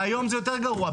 והיום זה יותר גרוע,